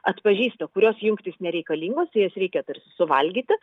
atpažįsta kurios jungtys nereikalingos tai jas reikėtų ir suvalgyti